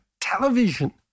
television